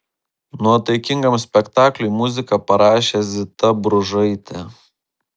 nuotaikingam spektakliui muziką parašė zita bružaitė